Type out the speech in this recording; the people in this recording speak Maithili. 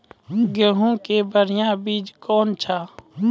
गेहूँ के बढ़िया बीज कौन छ?